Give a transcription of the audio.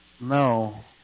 No